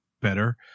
better